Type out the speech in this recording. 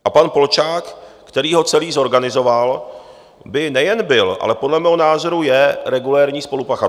A pan Polčák, který ho celý zorganizoval, by nejen byl, ale podle mého názoru je regulérní spolupachatel.